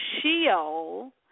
Sheol